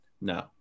no